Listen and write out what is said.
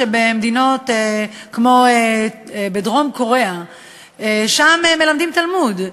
שבמדינות כמו דרום-קוריאה מלמדים תלמוד.